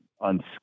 on